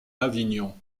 avignon